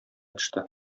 төште